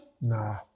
Nah